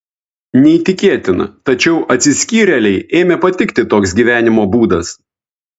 neįtikėtina tačiau atsiskyrėlei ėmė patikti toks gyvenimo būdas